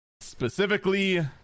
specifically